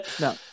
No